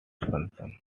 function